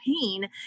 pain